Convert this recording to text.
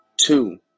Two